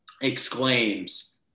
exclaims